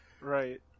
Right